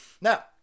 Now